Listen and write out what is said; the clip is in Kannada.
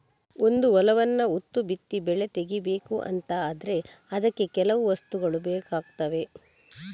ಒಂದು ಹೊಲವನ್ನ ಉತ್ತು ಬಿತ್ತಿ ಬೆಳೆ ತೆಗೀಬೇಕು ಅಂತ ಆದ್ರೆ ಅದಕ್ಕೆ ಕೆಲವು ವಸ್ತುಗಳು ಬೇಕಾಗ್ತವೆ